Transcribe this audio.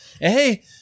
Hey